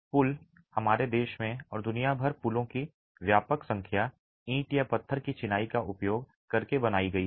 पुल हमारे देश में और दुनिया भर में पुलों की व्यापक संख्या ईंट या पत्थर की चिनाई का उपयोग करके बनाई गई है